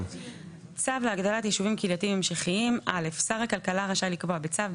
צו להגדלת יישובים קהילתיים המשכיים 6ז. (א) שר הכלכלה רשאי לקבוע צו,